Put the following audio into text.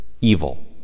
evil